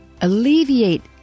alleviate